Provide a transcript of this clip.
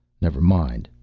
never mind.